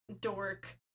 dork